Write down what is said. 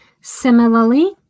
Similarly